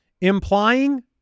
Implying